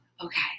okay